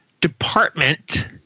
department